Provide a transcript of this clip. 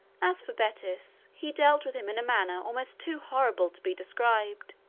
as for betis, he dealt with him in a manner almost too horrible to be described.